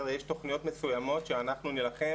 הרי יש תוכניות מסוימות שאנחנו נילחם